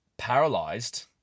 Paralyzed